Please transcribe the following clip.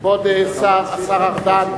כבוד השר ארדן.